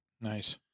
nice